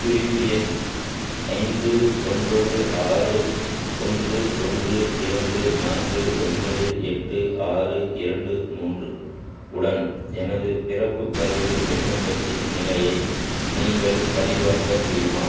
குறிப்பு எண் ஐந்து ஒன்பது ஆறு ஒன்று ஒன்று இரண்டு நான்கு ஒன்பது எட்டு ஆறு இரண்டு மூன்று உடன் எனது பிறப்பு பதிவு விண்ணப்பத்தின் நிலையை நீங்கள் சரிபார்க்க முடியுமா